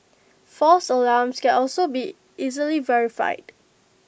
false alarms can also be easily verified